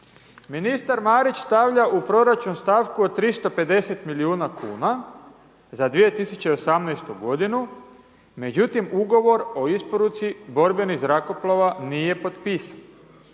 Ministar Marić stavlja u proračun stavku od 350 milijuna kuna za 2018. godinu, no međutim, ugovor o isporuci borbenih zrakoplova nije potpisan.